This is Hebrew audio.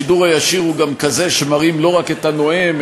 השידור הישיר הוא גם כזה שמראים לא רק את הנואם,